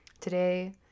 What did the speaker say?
today